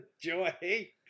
Joy